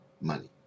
money